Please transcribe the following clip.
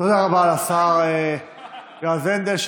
תודה רבה לשר יועז הנדל.